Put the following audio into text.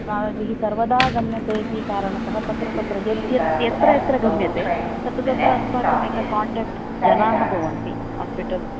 अस्माभिः सर्वदा गम्यते इति कारणतः तत्र तत्र यत् यत् यत्र यत्र गम्यते तत्र तत्र अस्माकम् एक कान्टेक्ट् जनाः भवन्ति हास्पिटल्